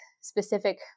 specific